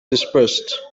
dispersed